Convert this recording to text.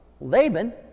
Laban